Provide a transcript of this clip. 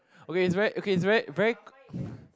okay it's very okay it's very very